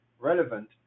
relevant